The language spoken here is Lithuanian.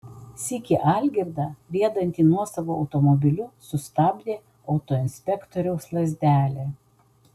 sykį algirdą riedantį nuosavu automobiliu sustabdė autoinspektoriaus lazdelė